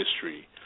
history